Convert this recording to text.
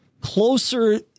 closer